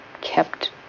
kept